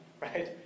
right